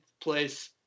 place